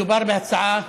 מדובר בהצעה אנושית,